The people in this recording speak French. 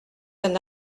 d’un